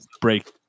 break